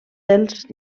dels